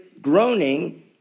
groaning